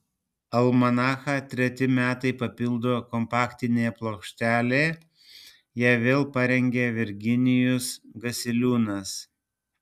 almanachą treti metai papildo kompaktinė plokštelė ją vėl parengė virginijus gasiliūnas